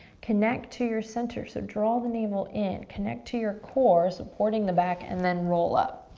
connect to your center so draw the navel in. connect to your core, supporting the back, and then roll up.